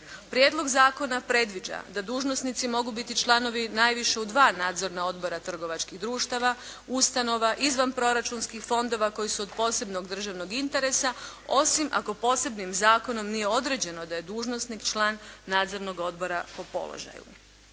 Prijedlog zakona predviđa da dužnosnici mogu biti članovi najviše u dva nadzorna odbora trgovačkih društava, ustanova, izvanproračunskih fondova koji su od posebnog državnog interesa, osim ako posebnim zakonom nije određeno da je dužnosnik član nadzornog odbora po položaju.